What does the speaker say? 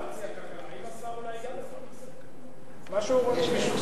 השר הציע כלכלה, מה שהוא רוצה.